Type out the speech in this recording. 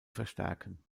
verstärken